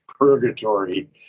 Purgatory